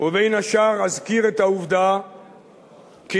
ובין השאר אזכיר את העובדה שאכן,